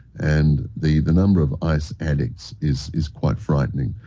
and the the number of ice addicts is is quite frightening.